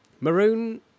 Maroon